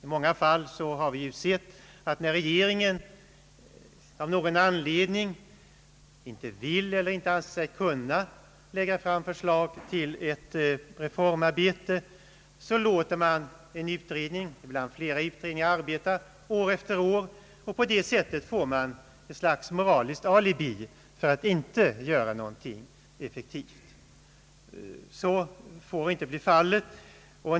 I många fall har vi sett att när regeringen av någon anledning inte vill eller inte anser sig kunna lägga fram förslag till ett reformarbete, så låter man en utredning, ibland flera utredningar, arbeta år efter år. På det sättet får man ett slags moraliskt alibi för att inte göra någonting effektivt. Så får inte bli fallet.